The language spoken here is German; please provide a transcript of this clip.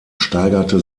steigerte